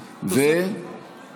שישה חברים: גדעון סער,